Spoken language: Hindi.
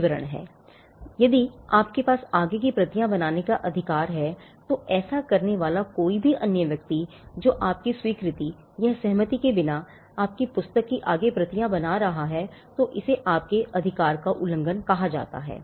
इसलिए यदि आपके पास आगे की प्रतियां बनाने का अधिकार है तो ऐसा करने वाला कोई भी अन्य व्यक्ति जो आपकी स्वीकृति या सहमति के बिना आपकी पुस्तक की आगे की प्रतियां बना रहा हैतो इसे आपके अधिकार का उल्लंघन कहा जाता है